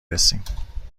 رسیم